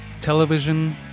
television